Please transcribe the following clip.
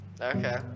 okay